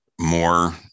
more